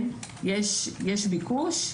יש ביקוש,